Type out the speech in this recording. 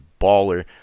baller